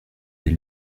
les